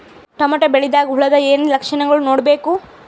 Tomato ಬೆಳಿದಾಗ್ ಹುಳದ ಏನ್ ಲಕ್ಷಣಗಳು ನೋಡ್ಬೇಕು?